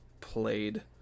played